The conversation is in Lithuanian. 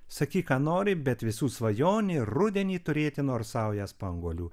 sakyk ką nori bet visų svajonė rudenį turėti nors saują spanguolių